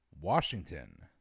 Washington